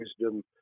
wisdom